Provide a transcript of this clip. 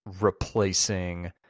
Replacing